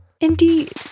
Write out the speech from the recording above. Indeed